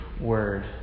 word